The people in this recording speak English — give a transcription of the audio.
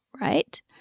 right